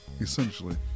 essentially